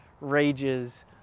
rages